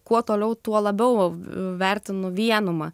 kuo toliau tuo labiau vertinu vienumą